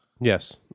Yes